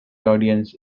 audience